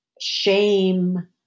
shame